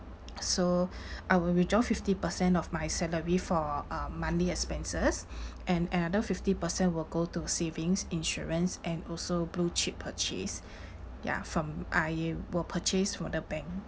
so I will withdraw fifty percent of my salary for um monthly expenses and another fifty percent will go to savings insurance and also blue chip purchase ya from I will purchase from the bank